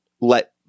let